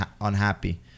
unhappy